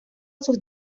sus